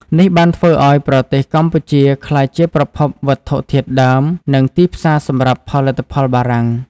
នេះបានធ្វើឱ្យប្រទេសកម្ពុជាក្លាយជាប្រភពវត្ថុធាតុដើម និងទីផ្សារសម្រាប់ផលិតផលបារាំង។